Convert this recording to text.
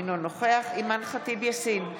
אינו נוכח אימאן ח'טיב יאסין,